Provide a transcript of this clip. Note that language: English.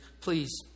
please